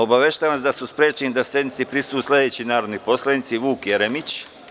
Obaveštavam vas da je sprečen da sednici prisustvuje sledeći narodni poslanik: Vuk Jeremić.